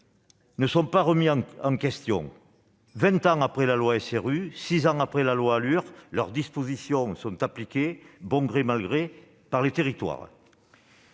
ne sont pas remis en question. Vingt ans après la loi SRU, six ans après la loi ALUR, leurs dispositions sont appliquées, bon gré mal gré, par les territoires.